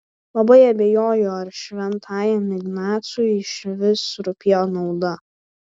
labai abejoju ar šventajam ignacui išvis rūpėjo nauda